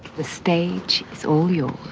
the stage is all yours.